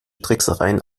tricksereien